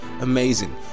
amazing